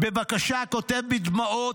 בבקשה, כותב בדמעות,